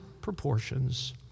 proportions